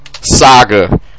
saga